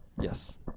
yes